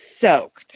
soaked